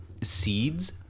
seeds